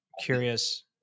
curious